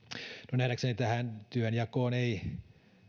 nähdäkseni tähän työnjakoon ei